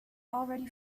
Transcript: already